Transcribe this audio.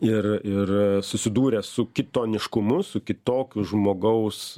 ir ir susidūrę su kitoniškumu su kitokiu žmogaus